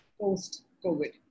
post-Covid